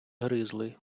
гризли